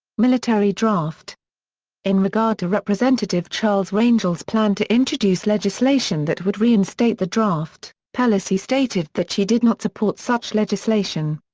military draft in regard to representative charles rangel's plan to introduce legislation that would reinstate the draft, pelosi stated that she did not support such legislation.